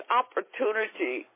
opportunity